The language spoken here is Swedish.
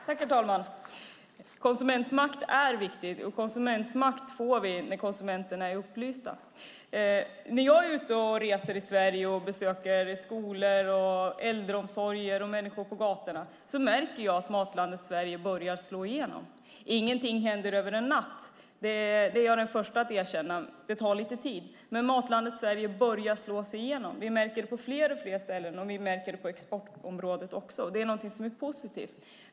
Herr talman! Konsumentmakt är viktigt, och konsumentmakt får vi när konsumenterna är upplysta. När jag reser i Sverige och besöker skolor, äldreomsorg och människor på gatorna märker jag att Matlandet Sverige börjar slå igenom. Ingenting händer över en natt. Det är jag den första att erkänna. Det tar lite tid. Men Matlandet Sverige börjar slå igenom. Vi märker det på fler och fler ställen, och vi märker det på exportområdet också. Det är positivt.